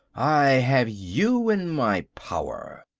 i have you in my power!